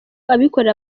abikorera